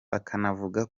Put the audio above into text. bakanavuga